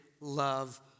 love